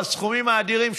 לסכומים האדירים,